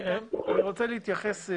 אני רוצה להתייחס.